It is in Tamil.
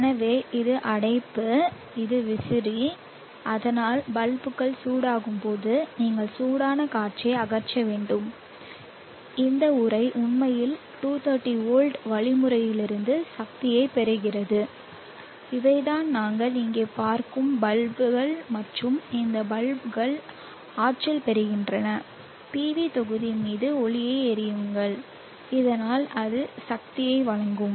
எனவே இது அடைப்பு இது விசிறி அதனால் பல்புகள் சூடாகும்போது நீங்கள் சூடான காற்றை அகற்ற வேண்டும் இந்த உறை உண்மையில் 230 வோல்ட் வழிமுறையிலிருந்து சக்தியைப் பெறுகிறது இவைதான் நீங்கள் இங்கே பார்க்கும் பல்புகள் மற்றும் இந்த பல்புகள் ஆற்றல் பெறுகின்றன PV தொகுதி மீது ஒளியை எறியுங்கள் இதனால் அது சக்தியை வழங்கும்